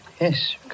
Yes